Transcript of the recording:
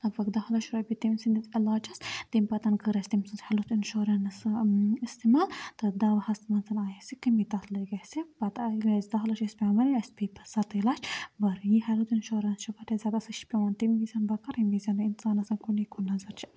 لگ بگ دَہ لَچھ رۄپیہِ تٔمۍ سٕنٛدِس علاجَس تَمہِ پَتہٕ کٔر اَسہِ تٔمۍ سٕنٛز ہیٚلتھ اِنشورَنس اِستعمال تہٕ دوہَس منٛز آسہِ کٔمی تَتھ لٔگۍ اَسہِ پَتہٕ اگر ہے اسہِ دَہ لَچھ ٲسۍ پٮ۪وان بَرنۍ اَسہِ پےٚ پَتہٕ سَتَے لَچھ بَرٕنۍ یہِ ہیٚلتھ اِنشورَنس چھُ واریاہ زیادٕ اَصٕل سُہ چھُ پٮ۪وان تَمہِ وِز بَکار ییٚمہِ وز اِنسان آسان کُنی کُن نظر چھِ آسان